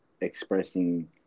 expressing